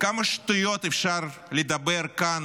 כמה שטויות אפשר לדבר כאן